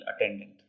attendant